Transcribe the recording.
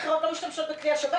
מדינות אחרות לא משתמשות בכלי השב"כ,